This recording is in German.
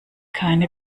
keine